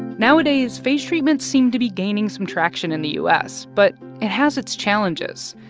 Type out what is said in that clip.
nowadays, phage treatments seem to be gaining some traction in the u s, but it has its challenges.